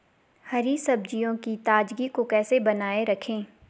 हरी सब्जियों की ताजगी को कैसे बनाये रखें?